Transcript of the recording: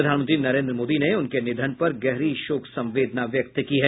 प्रधानमंत्री नरेन्द्र मोदी ने उनके निधन पर गहरी शोक संवेदना व्यक्त की है